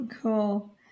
Cool